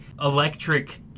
electric